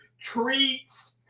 treats